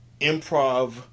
improv